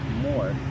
more